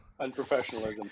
unprofessionalism